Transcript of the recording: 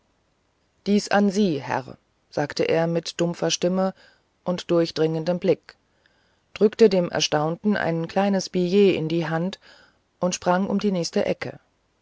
dies an sie herr sagte er mit dumpfer stimme und durchdringendem blick drückte dem erstaunten ein kleines billet in die hand und sprang um die nächste ecke